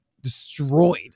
destroyed